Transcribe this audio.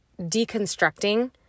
deconstructing